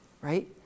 right